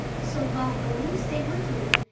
so, while willie stayed with me,